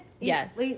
Yes